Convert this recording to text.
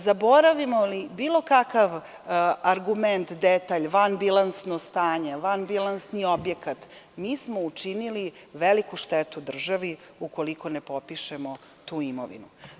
Zaboravimo li bilo kakav argument, detalj, vanbilansno stanje, vanbilansni objekat, mi smo učinili veliku štetu državi ukoliko ne popišemo tu imovinu.